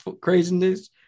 craziness